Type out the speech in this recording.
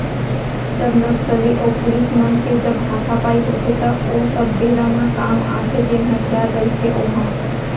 जब नक्सली अऊ पुलिस मन के जब हातापाई होथे त ओ सब बेरा म काम आथे जेन हथियार रहिथे ओहा